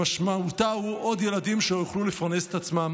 שמשמעותה היא עוד ילדים שלא יוכלו לפרנס את עצמם